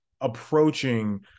approaching